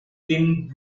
thin